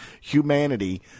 humanity